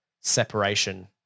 separation